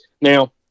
Now